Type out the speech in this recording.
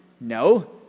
No